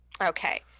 Okay